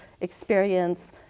experience